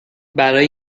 برای